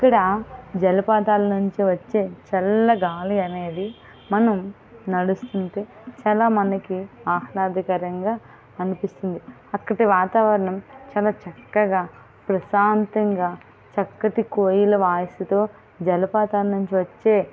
ఇక్కడ జలపాతాల నుంచి వచ్చే చల్ల గాలి అనేది మనం నడుస్తుంటే చాలా మనకి ఆహ్లాదకరంగా అనిపించింది అక్కడి వాతావరణం చాల చక్కగా ప్రశాంతంగా చక్కటి కోయిల వాయిస్తో జలపాతం నుంచి వచ్చే